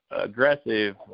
aggressive